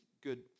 good